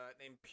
named